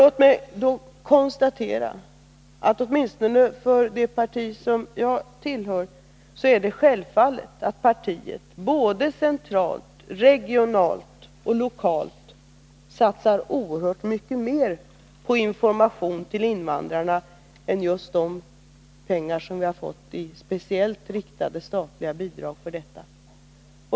Låt mig då konstatera att åtminstonde för det parti jag tillhör är det självfallet — centralt, regionalt och lokalt — att satsa oerhört mycket mer på information till invandrarna än de pengar som vi får i speciellt riktade statliga bidrag för detta!